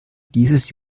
dieses